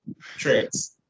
tricks